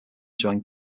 joined